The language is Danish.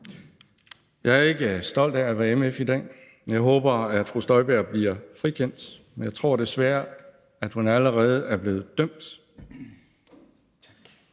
Jeg er ikke stolt af at være mf i dag. Jeg håber, at fru Inger Støjberg bliver frikendt. Men jeg tror desværre, at hun allerede er blevet dømt.